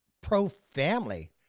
pro-family